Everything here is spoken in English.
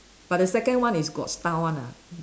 but the second one is got style [one] ah